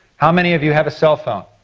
how many of you have a cell phone?